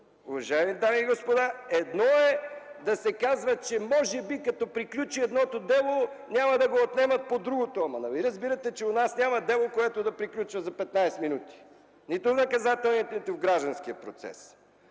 Уважаеми дами и господа, едно е да се казва, че може би като приключи едното дело няма да го отнемат по другото. Ама нали разбирате, че у нас няма дело, което да приключва за 15 минути нито в наказателния, нито в гражданския процес?